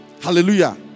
Hallelujah